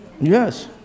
yes